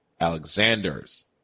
Alexander's